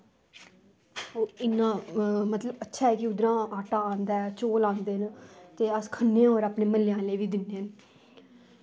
एह् इन्ना मतलब अच्छा की उद्धरा आंदा चौल आंदे न ते अस खन्ने होर अपने म्हल्ले आह्लें गी बी दिन्ने